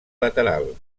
lateral